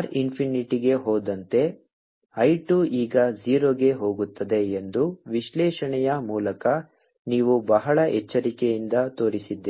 R ಇನ್ಫಿನಿಟಿಗೆ ಹೋದಂತೆ I 2 ಈಗ 0 ಗೆ ಹೋಗುತ್ತದೆ ಎಂದು ವಿಶ್ಲೇಷಣೆಯ ಮೂಲಕ ನೀವು ಬಹಳ ಎಚ್ಚರಿಕೆಯಿಂದ ತೋರಿಸಿದ್ದೀರಿ